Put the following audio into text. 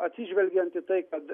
atsižvelgiant į tai kad